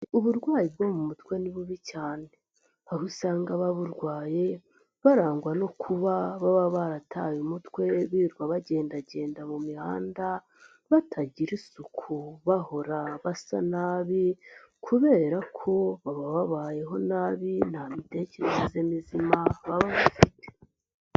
Uburwayi bwo mu mutwe ni bubi cyane. Aho usanga ababurwaye barangwa no kuba baba barataye umutwe, birirwa bagendagenda mu mihanda, batagira isuku, bahora basa nabi, kubera ko baba babayeho nabi, nta mitekerereze mizima baba bafite.